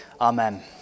Amen